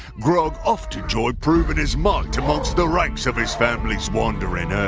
grog often enjoyed proving his might amongst the ranks of his family's wandering ah